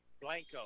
Blanco